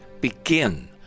begin